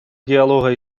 диалога